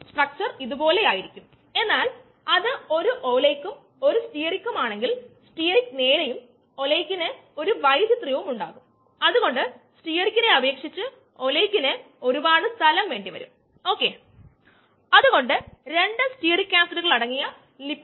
data നല്ലതാണെന്ന് നമുക്ക് അനുമാനിക്കാം കൂടാതെ ഡാറ്റയിൽ നമുക്ക് നല്ലൊരു വ്യാപനവുമുണ്ട് അതായത് ഔട്ട്ലയർ മൂല്യത്തെ ബാധിക്കുകയില്ല അതായത് ഇവിടെ സംസാരിക്കേണ്ട പ്രധാന പ്രശ്നം